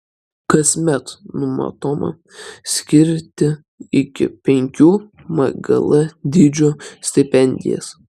kasmet numatoma skirti iki penkių mgl dydžio stipendijas